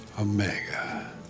Omega